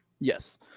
Yes